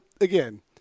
again